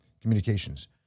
Communications